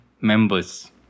members